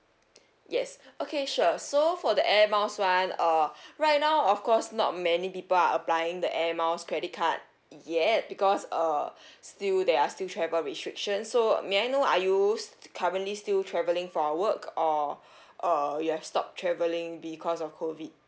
yes okay sure so for the air miles one uh right now of course not many people are applying the air miles credit card yet because uh still there are still travel restrictions so may I know are you currently still travelling for work or uh you have stopped travelling because of COVID